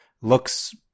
looks